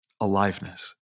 aliveness